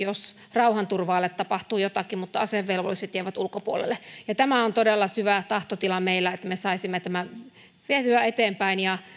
rauhanturvaajalle tapahtuu jotakin mutta asevelvolliset jäävät ulkopuolelle tämä on todella syvä tahtotila meillä että me saisimme tämän vietyä eteenpäin ja